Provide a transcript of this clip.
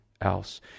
else